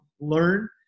learn